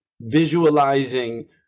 visualizing